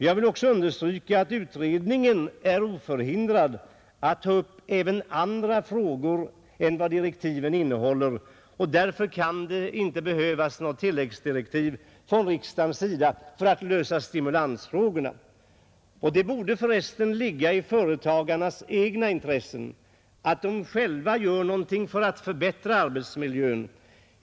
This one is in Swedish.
Jag vill också understryka att utredningen är oförhindrad att ta upp även andra frågor än de direktiven innehåller, och därför kan det inte behövas några tilläggsdirektiv från riksdagens sida för att lösa stimulansfrågorna. Det borde föresten ligga i företagarnas eget intresse att själva göra något för att förbättra arbetsmiljön.